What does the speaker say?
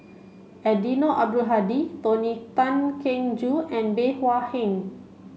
Eddino Abdul Hadi Tony Tan Keng Joo and Bey Hua Heng